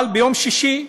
אבל ביום שישי,